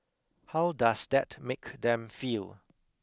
how does that make them feel